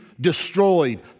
destroyed